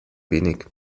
wenig